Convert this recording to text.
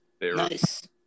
Nice